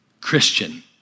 Christian